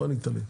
לא ענית לי.